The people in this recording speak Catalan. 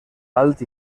alt